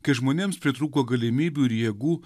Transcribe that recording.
kai žmonėms pritrūko galimybių ir jėgų